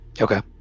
Okay